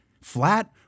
Flat